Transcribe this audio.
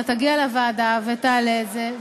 אתה תגיע לוועדה ותעלה את זה,